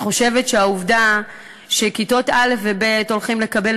אני חושבת שהעובדה שתלמידי כיתות א' וב' הולכים לקבל